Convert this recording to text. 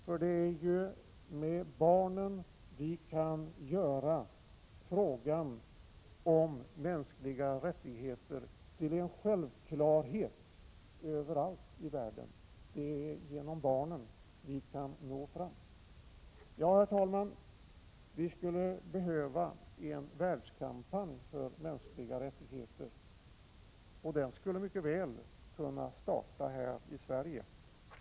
För det är med barnen vi kan göra frågan om mänskliga rättigheter till en självklarhet överallt i världen. Det är genom barnen vi kan nå fram. Herr talman! Vi skulle behöva en världskampanj för mänskliga rättigheter, och den skulle mycket väl kunna starta här i Sverige.